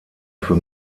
für